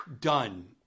done